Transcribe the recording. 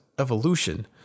evolution